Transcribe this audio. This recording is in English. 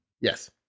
yes